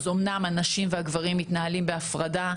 אמנם הנשים והגברים מתנהלים בהפרדה.